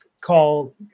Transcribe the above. call